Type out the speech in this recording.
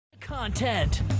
Content